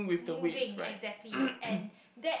moving exactly and that